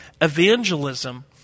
Evangelism